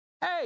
hey